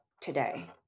today